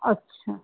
अच्छा